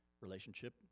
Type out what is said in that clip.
relationship